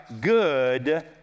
good